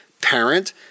parent